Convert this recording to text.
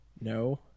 No